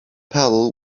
pedal